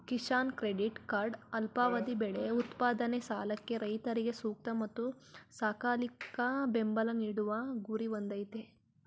Kisan credit card ಅಲ್ಪಾವಧಿ ಬೆಳೆ ಉತ್ಪಾದನೆ ಸಾಲಕ್ಕೆ ರೈತರಿಗೆ ಸೂಕ್ತ ಮತ್ತು ಸಕಾಲಿಕ ಬೆಂಬಲ ನೀಡುವ ಗುರಿ ಹೊಂದಯ್ತೆ